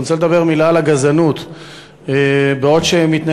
אני רוצה לדבר מילה על הגזענות.